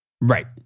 Right